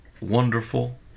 Wonderful